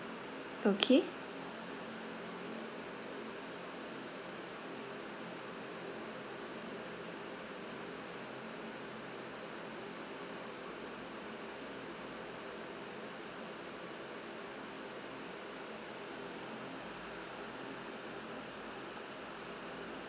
okay